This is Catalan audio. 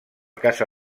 casa